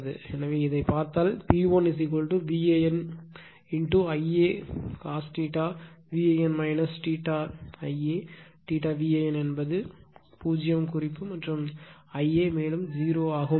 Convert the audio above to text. எனவே இதைப் பார்த்தால் P1 VAN Ia cosine VAN Ia VAN என்பது 0 குறிப்பு மற்றும் Ia மேலும் 0 ஆகும்